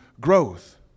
growth